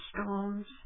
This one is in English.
storms